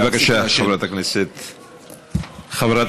בבקשה, חברת